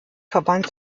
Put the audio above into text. verband